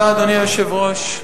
אדוני היושב-ראש,